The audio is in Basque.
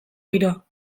giroa